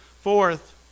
Fourth